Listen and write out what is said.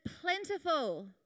plentiful